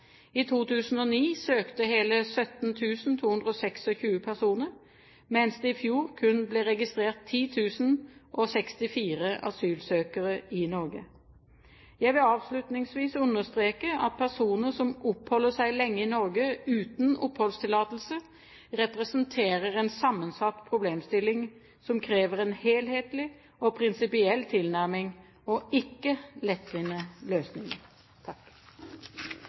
I 2009 søkte hele 17 226 personer, mens det i fjor kun ble registrert 10 064 asylsøkere i Norge. Jeg vil avslutningsvis understreke at personer som oppholder seg lenge i Norge uten oppholdstillatelse, representerer en sammensatt problemstilling, som krever en helhetlig og prinsipiell tilnærming og ikke lettvinte løsninger.